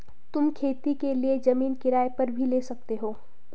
तुम खेती के लिए जमीन किराए पर भी ले सकते हो